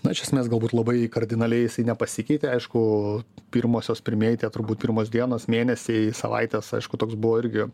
na iš esmės galbūt labai kardinaliai jisai nepasikeitė aišku pirmosios pirmieji tie turbūt pirmos dienos mėnesiai savaitės aišku toks buvo irgi